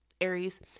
Aries